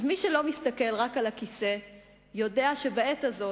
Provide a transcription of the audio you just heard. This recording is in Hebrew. אז מי שלא מסתכל רק על הכיסא יודע שבעת הזאת,